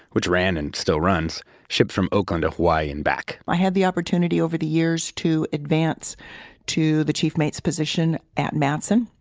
which ran and still runs ships from oakland to hawaii and back i had the opportunity, over the years, to advance to the chief mate's position at matson.